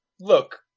Look